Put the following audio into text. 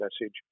message